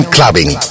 Clubbing